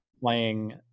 playing